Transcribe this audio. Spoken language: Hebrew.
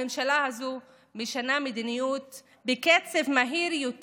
הממשלה הזאת משנה מדיניות בקצב מהיר יותר